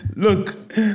Look